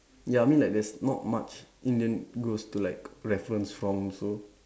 ya I mean like there's not much Indian ghost to like reference from also